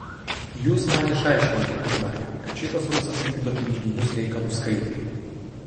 jūs man išaiškinkit durnai kad šitas rusas vykdo piniginius reikalus skaidriai